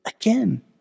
Again